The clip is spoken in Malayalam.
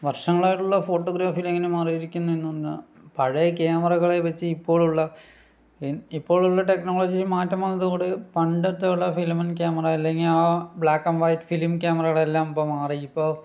വർഷങ്ങളായിട്ടുള്ള ഫോട്ടോഗ്രഫിയില് എങ്ങനെയാണ് മാറിയിരിക്കുന്നത് എന്ന് പറഞ്ഞാൽ പഴയ ക്യാമറകളെ വച്ച് ഇപ്പോഴുള്ള ഇൻ ഇപ്പോഴുള്ള ടെക്നോളജിയിൽ മാറ്റം വന്നതു കൊണ്ട് പണ്ടത്തെ ഉള്ള ഫില്മിങ് ക്യാമറ അല്ലെങ്കിൽ ആ ബ്ലാക്ക് ആൻഡ് വൈറ്റ് ഫിലിം ക്യാമറകളെല്ലാം ഇപ്പോൾ മാറി ഇപ്പോൾ